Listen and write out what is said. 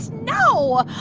no.